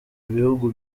ibihugu